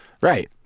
Right